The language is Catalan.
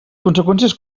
conseqüències